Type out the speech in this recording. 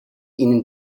ihnen